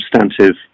substantive